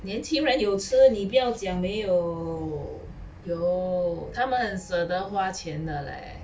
年轻人有吃你不要讲没有有他们很舍得花钱的 leh